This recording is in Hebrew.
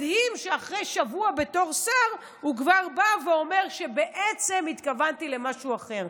מדהים שאחרי שבוע בתור שר הוא כבר בא ואומר שבעצם התכוון למשהו אחר.